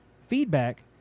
feedback